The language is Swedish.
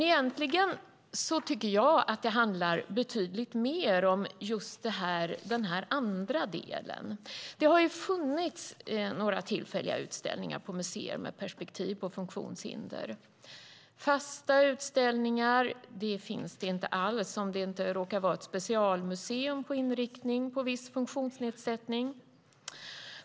Egentligen tycker jag att det handlar betydligt mer om den andra delen. Det har funnits några tillfälliga utställningar på museer med perspektiv på funktionshinder. Fasta utställningar finns inte alls, om det inte råkar vara ett specialmuseum med inriktning på viss funktionsnedsättning.